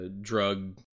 drug